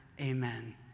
Amen